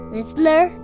Listener